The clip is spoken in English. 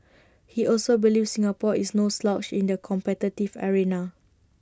he also believes Singapore is no slouch in the competitive arena